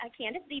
Candace